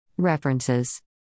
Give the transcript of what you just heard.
References